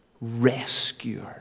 Rescuer